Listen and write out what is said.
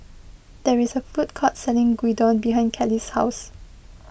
there is a food court selling Gyudon behind Kelly's house